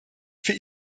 für